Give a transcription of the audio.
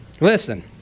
listen